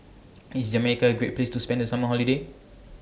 IS Jamaica A Great Place to spend The Summer Holiday